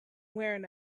wearing